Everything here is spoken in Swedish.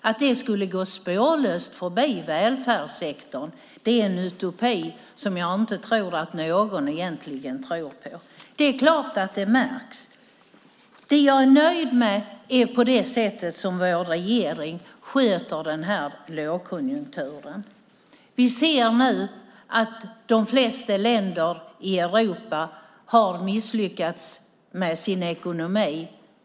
Att det skulle gå spårlöst förbi välfärdssektorn är en utopi som jag inte tror att någon egentligen tror på. Det är klart att det märks. Däremot är jag nöjd med det sätt som vår regering sköter den här lågkonjunkturen på. Vi ser nu att de flesta länderna i Europa har misslyckats med sin ekonomi.